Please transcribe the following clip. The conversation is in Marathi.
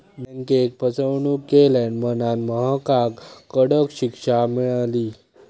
बँकेक फसवणूक केल्यान म्हणांन महकाक कडक शिक्षा मेळली